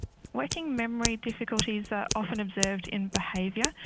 working memory difficulties are often observed in behaviour.